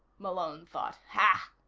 malone thought. hah!